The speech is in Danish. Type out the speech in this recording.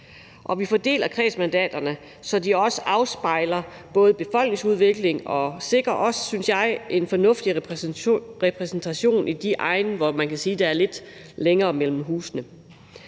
vi fordeler kredsmandaterne, så de både afspejler befolkningsudviklingen og sikrer en, synes jeg, fornuftig repræsentation af de egne, hvor man kan sige der er lidt længere mellem husene.